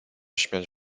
śmiać